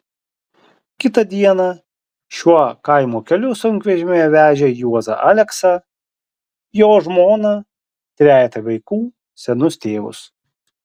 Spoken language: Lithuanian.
kitą dieną šiuo kaimo keliu sunkvežimyje vežė juozą aleksą jo žmoną trejetą vaikų senus tėvus